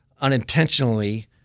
unintentionally